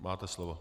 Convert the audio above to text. Máte slovo.